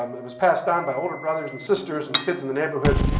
um it was passed down by older brothers and sisters and kids in the neighborhood,